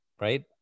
right